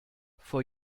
vor